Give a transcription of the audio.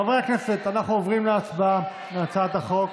חברי הכנסת, אנחנו עוברים להצבעה על הצעת החוק.